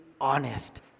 honest